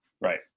Right